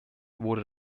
wurde